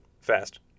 Fast